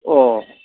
ও